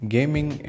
Gaming